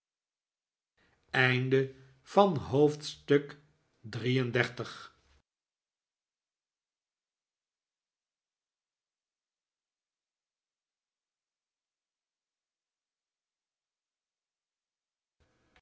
hoofdstuk van deze